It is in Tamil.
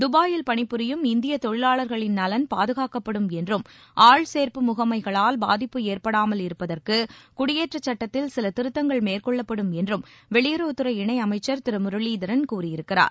தபாயில் பணிபுரியும் இந்தியத் தொழிலாளர்களின் நலன் பாதுகாக்கப்படும் என்றும் ஆள்சேர்ப்பு முகமைகளால் பாதிப்பு ஏற்படாமல் இருப்பதற்கு குடியேற்றச்சுட்டத்தில் சில திருத்தங்கள் மேற்கொள்ளப்படும் என்றும் வெளியுறவுத்துறை இணையமைச்சர் திரு முரளீதரன் கூறியிருக்கிறார்